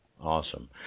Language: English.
awesome